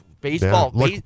Baseball